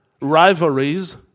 rivalries